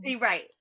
Right